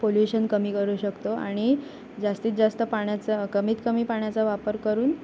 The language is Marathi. पोल्युशन कमी करू शकतो आणि जास्तीत जास्त पाण्याचा कमीत कमी पाण्याचा वापर करून